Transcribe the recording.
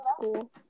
school